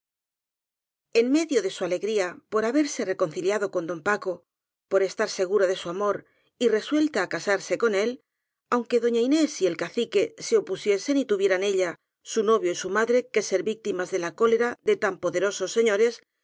en medio de sil alegría por haberse reconciliado con don paco por estar segura de su amor y re suelta á casarse con él aunque doña inés y el ca cique se opusiesen y tuvieran ella su novio y su madre que ser víctimas de la cólera de tan pode rosos señores